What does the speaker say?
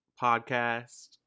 podcast